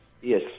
Yes